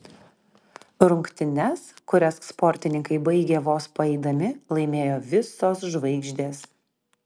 rungtynes kurias sportininkai baigė vos paeidami laimėjo visos žvaigždės